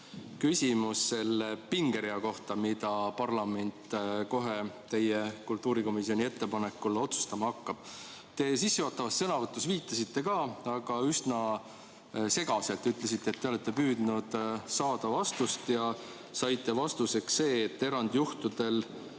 küsimus pingerea kohta, mida parlament kohe kultuurikomisjoni ettepanekul otsustama hakkab. Te sissejuhatavas sõnavõtus viitasite [sellele] ka, aga üsna segaselt. Ütlesite, et te olete püüdnud saada vastust, ja saite vastuseks, et erandjuhtudel